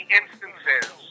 instances